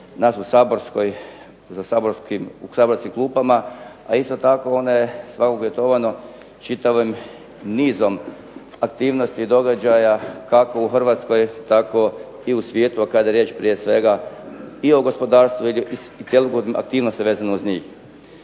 nas u saborskoj, u saborskim klupama, a isto tako one …/Govornik se ne razumije./… uvjetovano čitavim nizom aktivnosti i događaja kako u Hrvatskoj, tako i u svijetu, a kada je riječ prije svega i o gospodarstvu i cjelokupnim aktivnostima vezano uz njih.